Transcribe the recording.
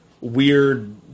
weird